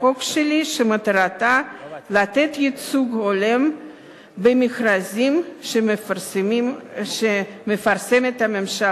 החוק שלי שמטרתה לתת ייצוג הולם במכרזים שמפרסמים הממשלה,